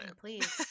please